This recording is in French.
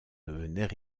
devenaient